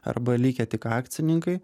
arba likę tik akcininkai